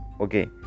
Okay